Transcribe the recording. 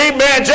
Amen